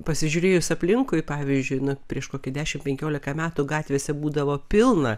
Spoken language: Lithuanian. pasižiūrėjus aplinkui pavyzdžiui prieš kokį dešimt penkiolika metų gatvėse būdavo pilna